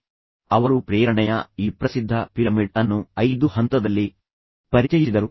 ತದನಂತರ ಅವರು ಪ್ರೇರಣೆಯ ಈ ಪ್ರಸಿದ್ಧ ಪಿರಮಿಡ್ ಅನ್ನು 5 ಹಂತದಲ್ಲಿ ಪರಿಚಯಿಸಿದರು